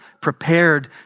prepared